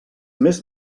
més